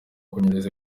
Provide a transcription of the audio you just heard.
kunyereza